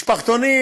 משפחתונים,